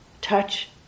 touch